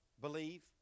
Believe